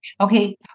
Okay